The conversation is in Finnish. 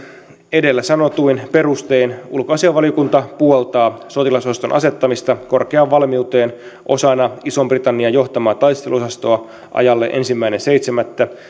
edellä sanotuin perustein ulkoasiainvaliokunta puoltaa sotilasosaston asettamista korkeaan valmiuteen osana ison britannian johtamaa taisteluosastoa ajalle ensimmäinen seitsemättä